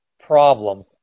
problem